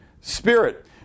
spirit